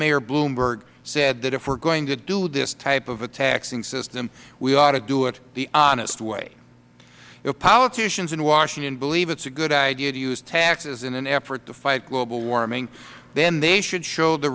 mayor bloomberg said that if we're going to do this type of a taxing system we ought to do it the honest way if the politicians in washington believe it is a good idea to use taxes in an effort to fight global warming then they should show the